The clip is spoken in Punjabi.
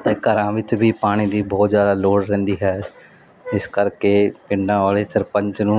ਅਤੇ ਘਰਾਂ ਵਿੱਚ ਵੀ ਪਾਣੀ ਦੀ ਬਹੁਤ ਜ਼ਿਆਦਾ ਲੋੜ ਰਹਿੰਦੀ ਹੈ ਇਸ ਕਰਕੇ ਪਿੰਡਾਂ ਵਾਲੇ ਸਰਪੰਚ ਨੂੰ